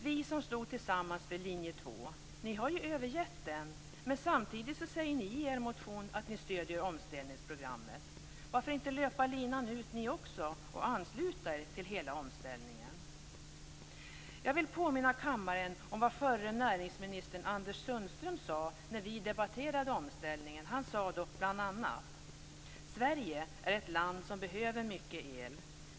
Vi stod tillsammans för linje 2. Ni har ju övergett den. Men samtidigt säger ni i er motion att ni stöder omställningsprogrammet. Varför inte löpa linan ut ni också och ansluta er till hela omställningen? Jag vill påminna kammaren om vad förre näringsministern Anders Sundström sade när vi debatterade omställningen. Han sa då bl.a: Sverige är ett land som behöver mycket el.